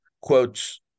quotes